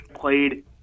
played